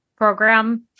Program